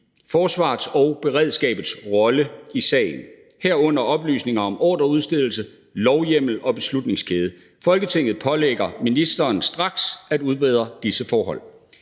forsvarets og beredskabets rolle i sagen, herunder oplysninger om ordreudstedelser, lovhjemmel og beslutningskæde. Folketinget pålægger ministeren straks at udbedre disse forhold.